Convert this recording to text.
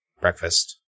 breakfast